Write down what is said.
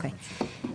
(21)